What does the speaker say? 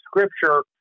scripture